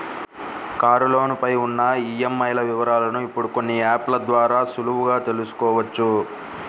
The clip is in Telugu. కారులోను పై ఉన్న ఈఎంఐల వివరాలను ఇప్పుడు కొన్ని యాప్ ల ద్వారా సులువుగా తెల్సుకోవచ్చు